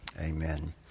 Amen